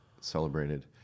celebrated